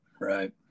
right